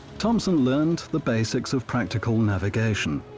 thompson learned the basics of practical navigation,